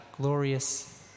glorious